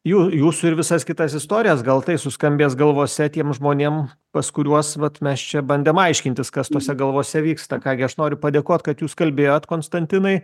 jų jūsų ir visas kitas istorijas gal tai suskambės galvose tiem žmonėm pas kuriuos vat mes čia bandėm aiškintis kas tose galvose vyksta ką gi aš noriu padėkot kad jūs kalbėjot konstantinai